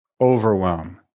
Overwhelm